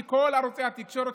כי כל ערוצי התקשורת,